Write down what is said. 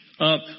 up